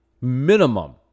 minimum